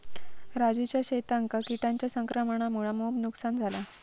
राजूच्या शेतांका किटांच्या संक्रमणामुळा मोप नुकसान झाला